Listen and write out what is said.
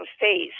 face